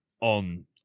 on